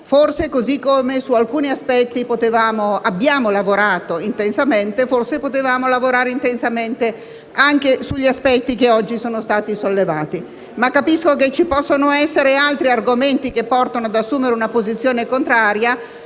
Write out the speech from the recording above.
Forse, così come su alcuni punti abbiamo lavorato intensamente, potevamo lavorare intensamente anche sugli aspetti che oggi sono stati sollevati. Ma capisco che possano esserci altri argomenti che portano ad assumere una posizione contraria,